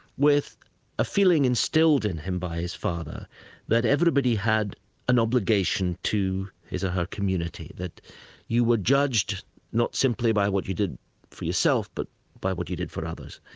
with a feeling instilled in him by his father that everybody had an obligation to his or her community that you were judged not simply by what you did for yourself but by what you did for others.